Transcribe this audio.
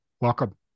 Welcome